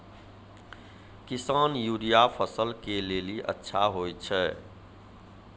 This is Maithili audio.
किसान यूरिया फसल के लेली अच्छा होय छै?